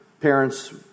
parents